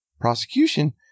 prosecution